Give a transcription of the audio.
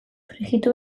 frijitu